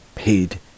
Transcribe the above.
Paid